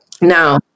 Now